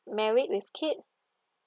married with kid